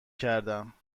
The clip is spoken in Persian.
کردم